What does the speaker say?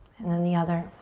and then the other.